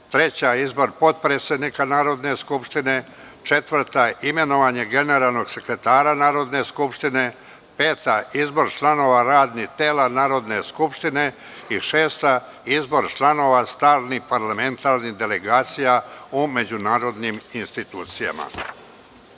Izbor potpredsednika Narodne skupštine,4. Imenovanje generalnog sekretara Narodne skupštine,5. Izbor članova radnih tela Narodne skupštine,6. Izbor članova stalnih parlamentarnih delegacija u međunarodnim institucijama. Prelazimo